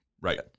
right